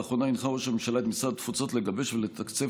לאחרונה הנחה ראש הממשלה את משרד התפוצות לגבש ולתקצב